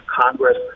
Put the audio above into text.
Congress